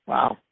Wow